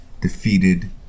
defeated